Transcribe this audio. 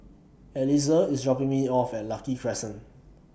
Eliezer IS dropping Me off At Lucky Crescent